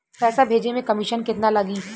पैसा भेजे में कमिशन केतना लागि?